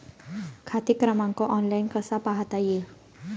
खाते क्रमांक ऑनलाइन कसा पाहता येईल?